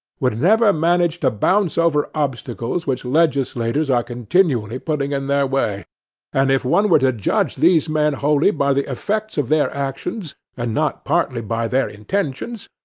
would never manage to bounce over obstacles which legislators are continually putting in their way and if one were to judge these men wholly by the effects of their actions and not partly by their intentions,